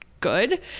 good